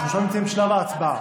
אנחנו עכשיו נמצאים בשלב ההצבעה.